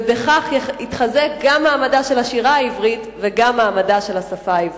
ובכך יתחזק גם מעמדה של השירה העברית וגם מעמדה של השפה העברית.